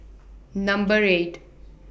Number eight